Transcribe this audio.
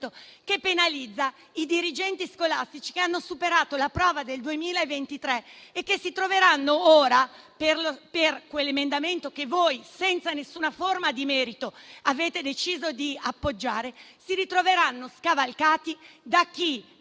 che penalizza i dirigenti scolastici che hanno superato la prova del 2023 e che si troveranno ora, per quell'emendamento che voi, senza nessuna forma di merito, avete deciso di appoggiare, scavalcati da chi